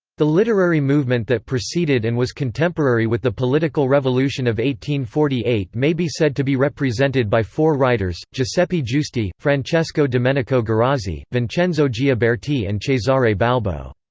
the literary movement that preceded and was contemporary with the political revolution of one forty eight may be said to be represented by four writers giuseppe giusti, francesco domenico guerrazzi, vincenzo gioberti and cesare balbo.